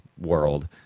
world